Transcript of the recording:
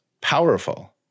powerful